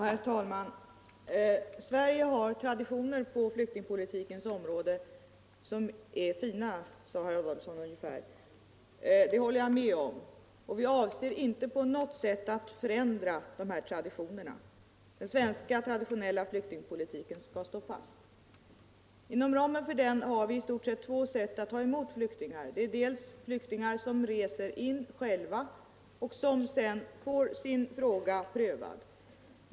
Herr talman! Sverige har traditioner på flyktingpolitikens område som är fina, sade herr Adolfsson ungefär. Det håller jag med om, och vi avser inte på något sätt att förändra de traditionerna. Den traditionella svenska flyktingpolitiken skall stå fast. Inom ramen för denna flyktingpolitik har vi i stort två sätt att ta emot flyktingar. Det ena gäller flyktingar som reser in själva och sedan får sin fråga prövad.